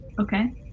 Okay